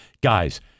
guys